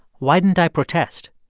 why didn't i protest?